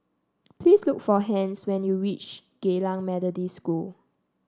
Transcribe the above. please look for Hence when you reach Geylang Methodist School